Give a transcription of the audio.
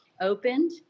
opened